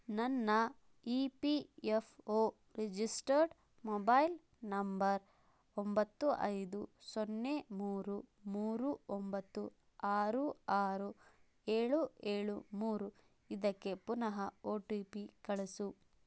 ನನ್ನ E P F O registered mobile number ಒಂಬತ್ತು ಐದು ಸೊನ್ನೆ ಮೂರು ಮೂರು ಒಂಬತ್ತು ಆರು ಆರು ಏಳು ಏಳು ಮೂರು ಇದಕ್ಕೆ ಪುನಃ ಒ ಟಿ ಪಿ ಕಳಿಸು